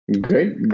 Great